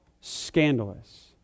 scandalous